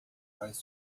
faz